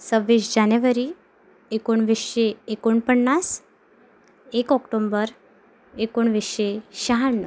सव्वीस जानेवारी एकोणवीसशे एकोणपन्नास एक ऑक्टोंबर एकोणवीसशे शहाण्णव